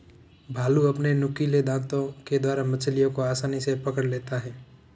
भालू अपने नुकीले दातों के द्वारा मछलियों को आसानी से पकड़ लेता है